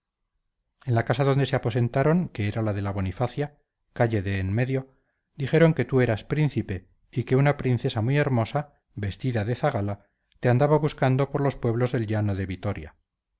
en la casa donde se aposentaron que era de la de la bonifacia calle de enmedio dijeron que tú eras príncipe y que una princesa muy ermosa vestida de zagala te andaba buscando por los pueblos del llano de vitoria